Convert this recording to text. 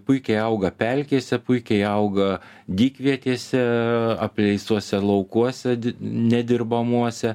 puikiai auga pelkėse puikiai auga dykvietėse apleistuose laukuose nedirbamuose